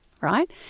Right